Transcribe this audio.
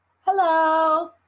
Hello